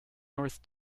north